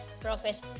Professor